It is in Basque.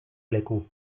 leku